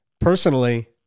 Personally